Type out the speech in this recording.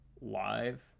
live